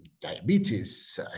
diabetes